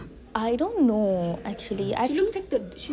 I don't know actually I think